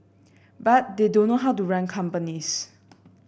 but they don't know how to run companies